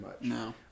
No